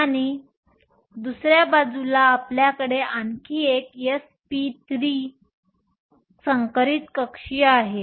आणि दुसऱ्या बाजूला आपल्याकडे आणखी एक sp3 संकरित कक्षीय आहे